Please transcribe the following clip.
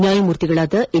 ನ್ಯಾಯಮೂರ್ತಿಗಳಾದ ಎನ್